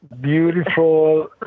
Beautiful